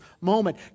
moment